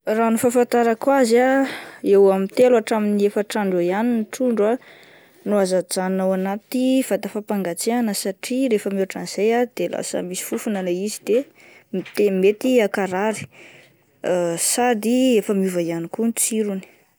Raha ny fahafatarako azy ah eo amin'ny telo hatramin'ny efatr'andro eo ihany ny trondro ah no azo ajanona anaty vata fampangatsiahina satria rehefa mihoatra an'izay ah de lasa misy fofona ilay izy de mety akarary sady efa miova ihany koa ny tsirony.